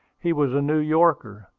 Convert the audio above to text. he was a new yorker,